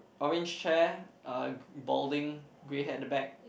orange chair uh balding grey hair at the back